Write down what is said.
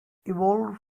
evolved